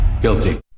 Guilty